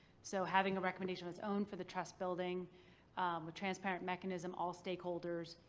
so having a recommendation of its own for the trust building with transparent mechanism, all stakeholders,